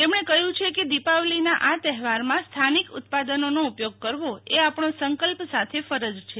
તેમણે કહ્યુ છે કે દિપાવલીના આ તહેવારમાં સ્થાનિક ઉત્પાદનોનો ઉપયોગ કરવો એ આપણો સંકલ્પ સાથે ફરજ છે